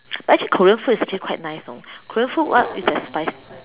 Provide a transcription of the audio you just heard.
but actually Korean food is actually quite nice you know Korean food what is as spicy